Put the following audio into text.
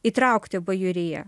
įtraukti bajoriją